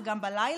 זה גם בלילה,